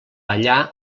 allà